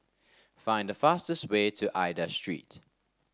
find the fastest way to Aida Street